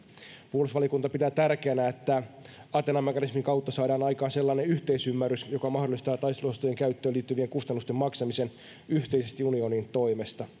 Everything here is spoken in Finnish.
puolustusvaliokunta pitää tärkeänä että athena mekanismin kautta saadaan aikaan sellainen yhteisymmärrys joka mahdollistaa taisteluosastojen käyttöön liittyvien kustannusten maksamisen yhteisesti unionin toimesta ja